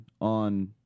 on